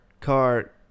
Cart